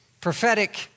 prophetic